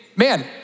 Man